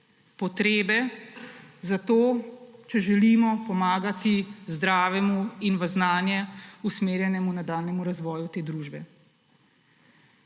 potrebe zato, če želimo pomagati zdravemu in v znanje usmerjenemu nadaljnjemu razvoju te družbe.